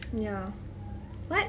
ya what